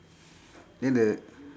then the